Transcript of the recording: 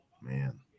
Man